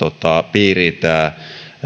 piiriin tämä